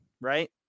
Right